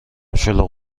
شلوغ